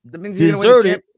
Deserted